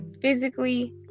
physically